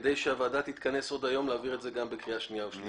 כדי שהוועדה תתכנס עוד היום להעביר את זה גם בקריאה שנייה ושלישית.